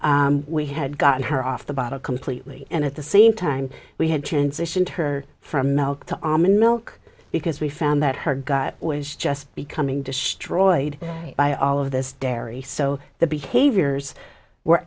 we had gotten her off the bottle completely and at the same time we had transitioned her from milk to almond milk because we found that her gut was just becoming destroyed by all of this dairy so the behaviors were